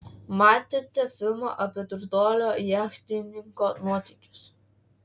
matėte filmą apie turtuolio jachtininko nuotykius